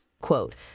Quote